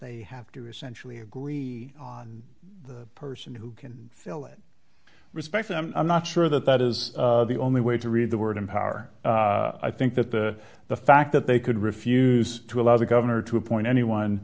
they have to essentially agree on the person who can fill it respect them i'm not sure that that is the only way to read the word in power i think that the the fact that they could refuse to allow the governor to appoint anyone